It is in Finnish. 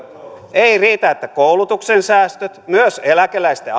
ei riitä että ammutaan koulutuksen säästöt myös eläkeläisten